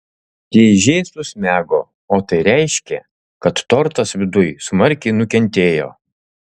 dėžė susmego o tai reiškė kad tortas viduj smarkiai nukentėjo